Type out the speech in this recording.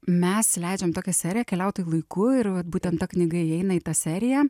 mes leidžiam tokią seriją keliautojai laiku ir vat būtent ta knyga įeina į tą seriją